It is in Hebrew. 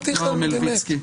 חבר הכנסת מלביצקי.